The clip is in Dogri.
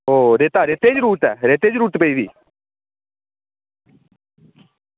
ओह् रेता ओह् रेतै दी जरूरत पेई गेदी